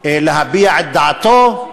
להביע את דעתו.